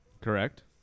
correct